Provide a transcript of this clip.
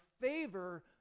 favor